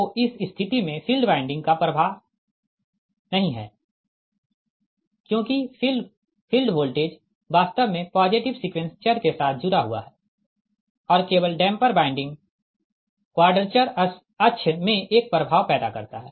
तो इस स्थिति में फील्ड वाइंडिंग का कोई प्रभाव नहीं है क्योंकि फील्ड वोल्टेज वास्तव में पॉजिटिव सीक्वेंस चर के साथ जुड़ा हुआ है और केवल डैम्पर वाइंडिंग क्वाडरेचर अक्ष में एक प्रभाव पैदा करता है